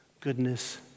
goodness